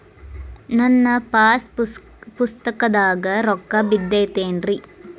ನನ್ನ ಪಾಸ್ ಪುಸ್ತಕದಾಗ ರೊಕ್ಕ ಬಿದ್ದೈತೇನ್ರಿ?